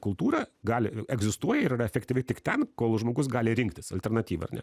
kultūra gali egzistuoja ir yra efektyvi tik ten kol žmogus gali rinktis alternatyvą ar ne